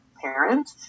parent